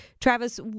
Travis